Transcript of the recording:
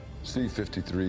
C-53